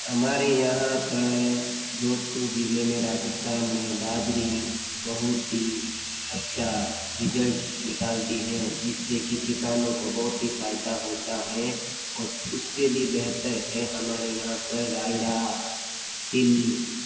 हमारे यहाँ पर जोधपुर जिले में राजस्थान में बजरी बहुत ही अच्छा रिजल्ट निकालती है जिससे कि किसानों को बहुत ही फायदा होता है उससे भी बेहतर है हमारे यहाँ पर डालडा तिल